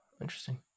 interesting